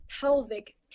pelvic